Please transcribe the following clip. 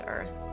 Earth